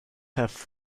have